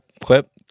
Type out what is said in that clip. clip